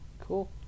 cool